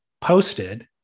posted